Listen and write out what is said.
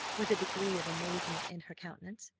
with a degree of amazement in her countenance,